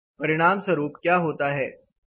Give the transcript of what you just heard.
परिणामस्वरूप क्या होता है